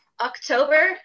October